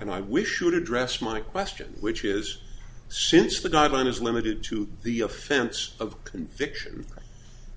and i wish you would address my question which is since the guideline is limited to the offense of conviction